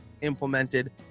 implemented